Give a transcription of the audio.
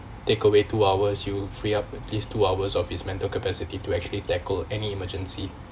takeaway two hours you will free up at least two hours of his mental capacity to actually tackle any emergency